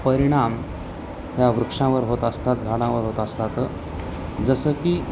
परिणाम ह्या वृक्षांवर होत असतात झाडांवर होत असतात जसं की